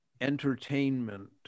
entertainment